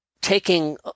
taking